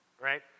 right